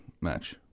match